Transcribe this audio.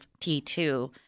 T2